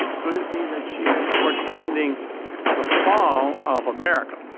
could it be that she is portending the fall of america?